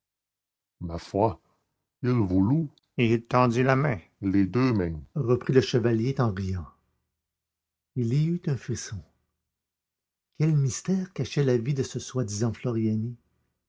ma foi il voulut et il tendit la main les deux mains reprit le chevalier en riant il y eut un frisson quel mystère cachait la vie de ce soi-disant floriani